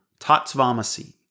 Tatsvamasi